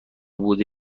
بوده